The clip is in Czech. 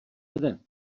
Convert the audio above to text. vede